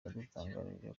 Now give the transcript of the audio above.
yadutangarije